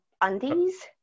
undies